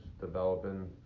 developing